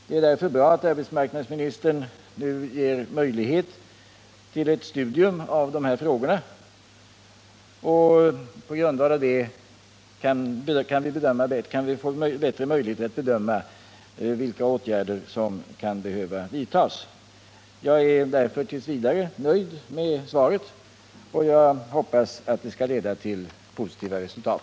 Det är därför bra att arbetsmarknadsministern nu ger möjlighet till ett studium av dessa frågor, och på grundval av det kan vi få bättre möjligheter att bedöma vilka åtgärder som kan behöva vidtas. Jag är därför t. v. nöjd med svaret, och jag hoppas det skall leda till positiva resultat.